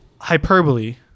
Hyperbole